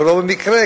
ולא במקרה,